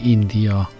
India